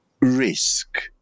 risk